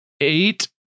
eight